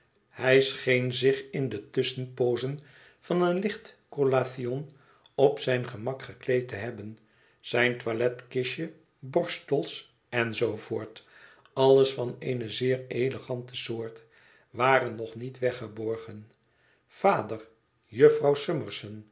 hij scheen zich in de tusschenpoozen van een licht collation op zijn gemak gekleed te hebben zijn toiletkistje borstels en zoo voort alles van eene zeer elegante soort waren nog niet weggeborgen vader jufvrouw summerson